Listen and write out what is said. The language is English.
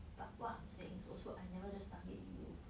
but what I'm saying is also I never just target you